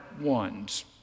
ones